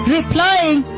Replying